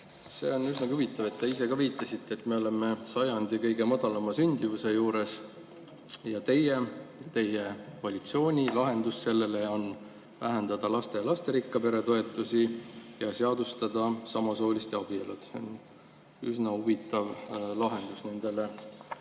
See on üsnagi huvitav, et te ise ka viitasite, et me oleme sajandi kõige madalama sündimuse juures. Teie koalitsiooni lahendus sellele on vähendada lasterikka pere toetusi ja seadustada samasooliste abielud. Üsna huvitav lahendus nendele